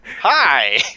hi